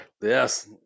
Yes